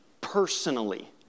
personally